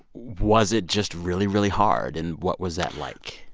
was it just really, really hard and what was that like?